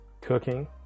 cooking